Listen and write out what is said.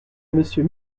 monsieur